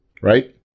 right